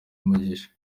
umugisha